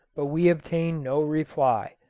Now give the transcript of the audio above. but we obtained no reply.